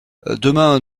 demain